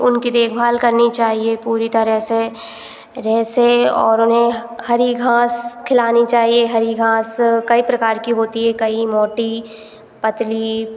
उनकी देखभाल करनी चाहिए पूरी तरह से जैसे और उन्हें हरी घास खिलानी चाहिए हरी घास कई प्रकार की होती है कहीं मोटी पतली